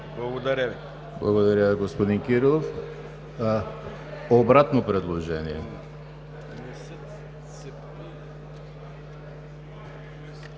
Благодаря Ви, господин Кирилов. Обратно предложение